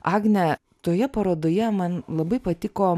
agne toje parodoje man labai patiko